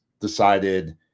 decided